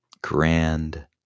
grand